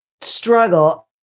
struggle